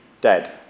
dead